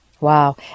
Wow